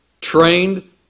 trained